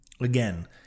Again